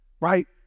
Right